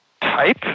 type